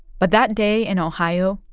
but that day in ohio,